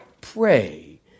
pray